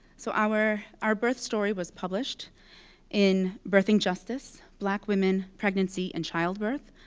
so our our birth story was published in birthing justice black women, pregnancy and childbirth,